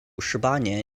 十八年